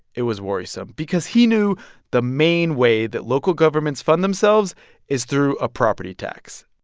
it was worrisome because he knew the main way that local governments fund themselves is through a property tax.